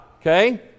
Okay